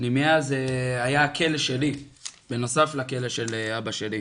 הפנימייה זה היה הכלא שלי בנוסף לכלא של אבא שלי,